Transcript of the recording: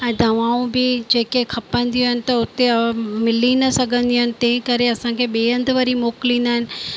ऐं दवाऊं बि जेके खपंदियूं आहिनि त उते मिली न सघंदियूं आहिनि तंहिं करे असांखे ॿिए हंधि वरी मोकिलींदा आहिनि